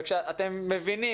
אתם מבינים,